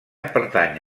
pertany